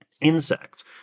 insects